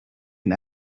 and